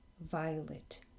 violet